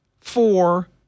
four